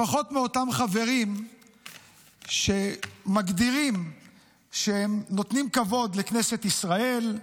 לפחות מאותם חברים שמגדירים שהם נותנים כבוד לכנסת ישראל,